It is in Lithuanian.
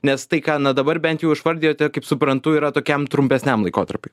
nes tai ką na dabar bent jau išvardijote kaip suprantu yra tokiam trumpesniam laikotarpiui